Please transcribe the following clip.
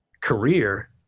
career